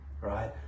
right